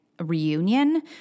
reunion